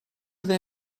they